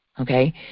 okay